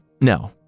no